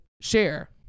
share